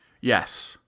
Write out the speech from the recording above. Yes